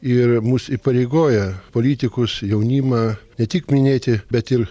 ir mus įpareigoja politikus jaunimą ne tik minėti bet ir